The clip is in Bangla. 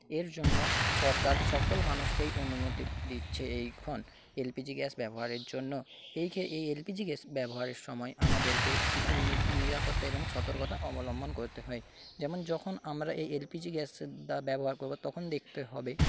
এর জন্য সরকার সকল মানুষকেই অনুমতি দিচ্ছে এখন এলপিজি গ্যাস ব্যবহারের জন্য এই এই এলপিজি গ্যাস ব্যবহারের সময় আমাদেরকে কিছু নিরাপত্তা এবং সতর্কতা অবলম্বন করতে হয় যেমন যখন আমরা এই এলপিজি গ্যাস ব্যবহার করবো তখন দেখতে হবে